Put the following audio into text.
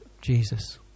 Jesus